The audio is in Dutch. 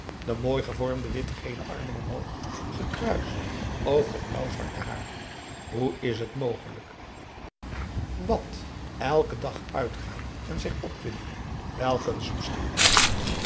de mooi gevormde witgele armen omhoog gekruist over het blauwzwarte haar hoe is het mogelijk wat elken dag uitgaan en zich opwinden welk een